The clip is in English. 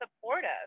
supportive